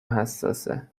حساسه